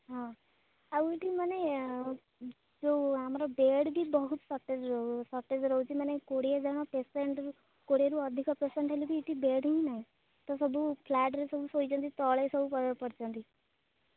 ହଁ ଆଉ ଏଇଠି ମାନେ ଯେଉଁ ଆମର ବେଡ଼୍ ବି ବହୁତ ସର୍ଟେଜ୍ ସର୍ଟେଜ୍ ରହୁଛି ମାନେ କୋଡ଼ିଏ ଜଣ ପେସେଣ୍ଟ୍ କୋଡ଼ିଏରୁ ଅଧିକ ପେସେଣ୍ଟ୍ ହେଲେ ବି ଏଠି ବେଡ଼୍ ହିଁ ନାହିଁ ତ ସବୁ ଫ୍ଲାଟରେ ସବୁ ଶୋଇଛନ୍ତି ତଳେ ସବୁ ପଡ଼ିଛନ୍ତି